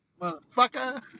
motherfucker